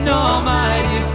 almighty